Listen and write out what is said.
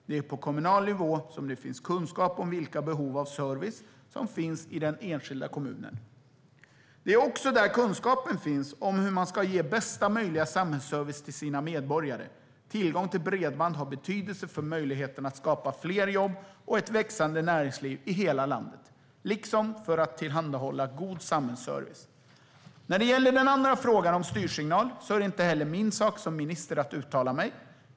Det är på kommunal nivå som det finns kunskap om vilka behov av service som finns i den enskilda kommunen. Det är också där kunskapen finns om hur man ska ge bästa möjliga samhällsservice till sina medborgare. Tillgången till bredband har betydelse för möjligheten att skapa fler jobb och ett växande näringsliv i hela landet, liksom för tillhandahållandet av god samhällsservice. När det gäller den andra frågan, om styrsignaler, är det inte heller min sak som minister att uttala mig.